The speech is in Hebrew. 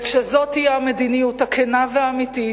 וכשזאת תהיה המדיניות הכנה והאמיתית,